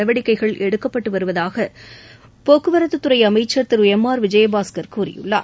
நடவடிக்கைகள் எடுக்கப்பட்டு வருவதாக போக்குவரத்து துறை அமைச்சர் எம் ஆர் விஜயபாஸ்கர் கூறியுள்ளார்